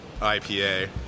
IPA